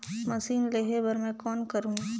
Machine लेहे बर मै कौन करहूं?